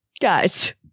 guys